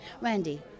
Randy